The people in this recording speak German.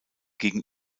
gegen